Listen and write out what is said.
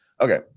Okay